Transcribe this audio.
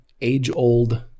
age-old